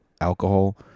alcohol